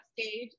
stage